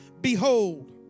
behold